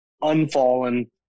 unfallen